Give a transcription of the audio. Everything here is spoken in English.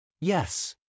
Yes